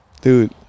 Dude